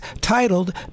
titled